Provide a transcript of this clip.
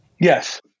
Yes